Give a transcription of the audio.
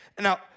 Now